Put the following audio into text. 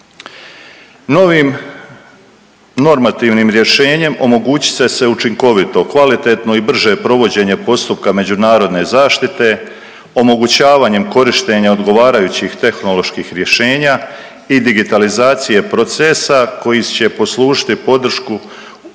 Novim normativnom rješenjem omogućit će se učinkovito, kvalitetno i brže provođenje postupka međunarodne zaštite omogućavanjem korištenja odgovarajućih tehnoloških rješenja i digitalizacije procesa koji će pružiti podršku utvrđivanja